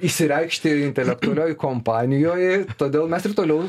išsireikšti intelektualioj kompanijoj todėl mes ir toliau